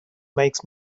makes